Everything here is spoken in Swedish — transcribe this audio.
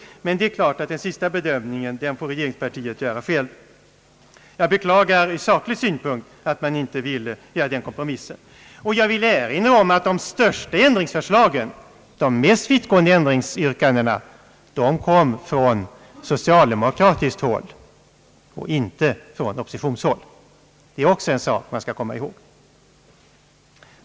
Men den sista bedömningen får regeringen givetvis göra själv. Jag beklagar ur saklig synpunkt att man inte ville göra den kompromissen. Jag vill också erinra om att de mest vittgående ändringsyrkandena kom från socialdemokratiskt håll och inte från oppositionshåll. Detta är en sak som man skall komma ihåg.